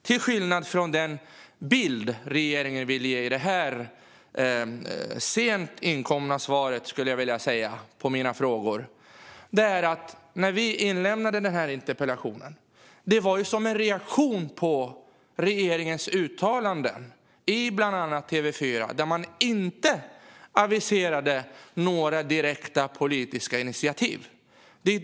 Till skillnad från den bild regeringen ger i sitt svar på mina frågor ställde jag min interpellation till statsrådet som en reaktion på regeringens uttalande i bland annat TV4 om att man inte tänkte avisera några direkta politiska initiativ.